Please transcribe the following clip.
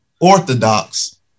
orthodox